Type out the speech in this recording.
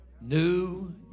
new